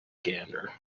gander